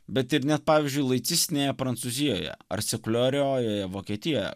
bet ir net pavyzdžiui laicistinėje prancūzijoje ar sekuliariojoje vokietijoje